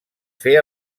fer